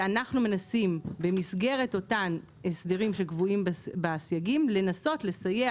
ואנחנו מנסים במסגרת אותם הסדרים שקבועים בסייגים לנסות לסייע